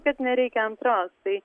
kad nereikia antros tai